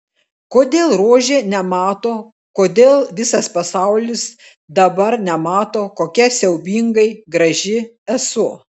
kodėl rožė nemato kodėl visas pasaulis dabar nemato kokia siaubingai graži esu